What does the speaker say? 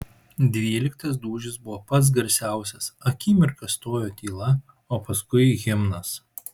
dvyliktas dūžis buvo pats garsiausias akimirką stojo tyla o paskui himnas